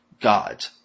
God